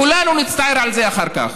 כולנו נצטער על זה אחר כך.